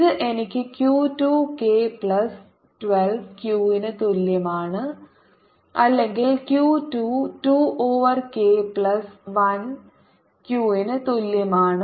ഇത് എനിക്ക് q 2 k plus 1 2 q ന് തുല്യമാണ് അല്ലെങ്കിൽ q 2 2 over k plus 1 q ന് തുല്യമാണ്